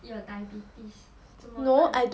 you will diabetes 怎么办